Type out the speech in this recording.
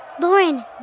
Lauren